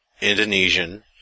Indonesian